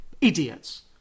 Idiots